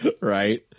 Right